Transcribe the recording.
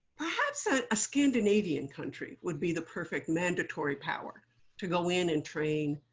perhaps ah a scandinavian country would be the perfect mandatory power to go in and train,